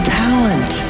talent